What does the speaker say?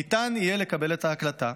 ניתן יהיה לקבל את ההקלטה.